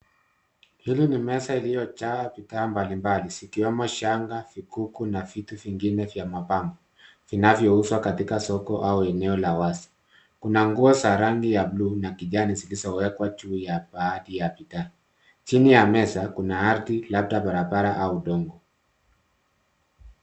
Hili ni meza iliyojaa bidhaa mbalimbali zikiwemo shanga, vikuku na vitu vingine vya mapambo vinavyouzwa katika soko au eneo la wazi. Kuna nguo za rangi ya bluu na kijani zilizowekwa juu ya baadhi ya bidhaa. Chini ya meza kuna ardhi labda barabara au udongo.